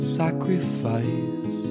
sacrifice